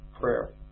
prayer